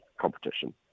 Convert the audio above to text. competition